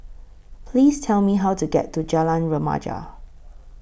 Please Tell Me How to get to Jalan Remaja